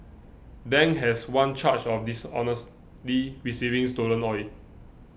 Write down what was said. Dang has one charge of dishonestly receiving stolen oil